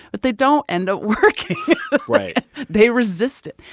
but they don't end up working right they resist it.